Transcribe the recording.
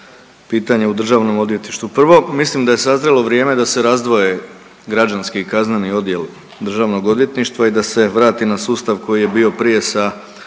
pitanja u državnom odvjetništvu. Prvo, mislim da je sazrjelo vrijeme da se razdvoje građanski i kazneni odjel državnog odvjetništva i da se vrati na sustav koji je bio prije sa